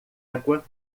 água